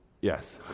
yes